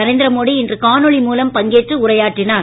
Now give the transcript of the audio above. நரேந்திர மோடி இன்று காணொளி மூலம் பங்கேற்று உரையாற்றினார்